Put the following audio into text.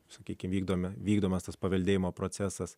sunkiai įvykdomi vykdomas tas paveldėjimo procesas